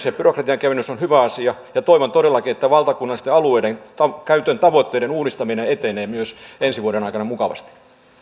ja rakentamisen byrokratian kevennys on hyvä asia ja toivon todellakin että valtakunnallisten alueidenkäyttötavoitteiden uudistaminen etenee myös ensi vuoden aikana mukavasti